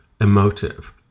emotive